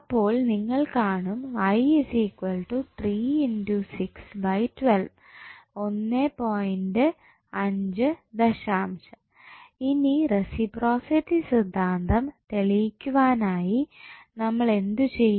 അപ്പോൾ നിങ്ങൾ കാണും ഇനി റസിപ്രോസിറ്റി സിദ്ധാന്തം തെളിയിക്കുവാനായി നമ്മൾ എന്ത് ചെയ്യും